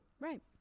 right